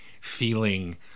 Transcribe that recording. feeling